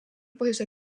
põhjusel